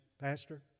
Pastor